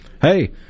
hey